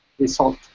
result